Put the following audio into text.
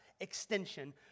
extension